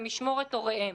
במשמורת הוריהם.